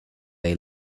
they